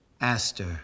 Aster